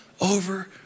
over